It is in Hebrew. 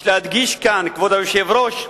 יש להדגיש כאן, כבוד היושב-ראש,